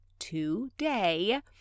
Today